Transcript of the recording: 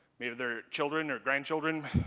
maybe they're children or grandchildren